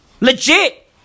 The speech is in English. Legit